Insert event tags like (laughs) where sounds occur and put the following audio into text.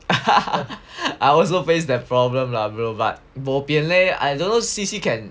(laughs) I also face the problem lah bro but bopian leh I don't know C_C can